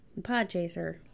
Podchaser